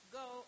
go